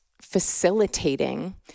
facilitating